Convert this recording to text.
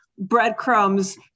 breadcrumbs